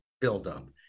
buildup